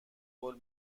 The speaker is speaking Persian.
قول